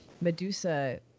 Medusa